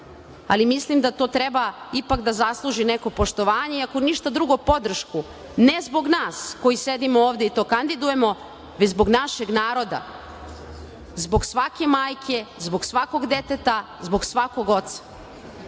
Ali mislim da to treba da ipak zasluži neko poštovanje, ako ništa drugo podršku ne zbog nas i to kandidujemo, već zbog našeg naroda i zbog svake majke i svakog deteta, zbog svakog oca.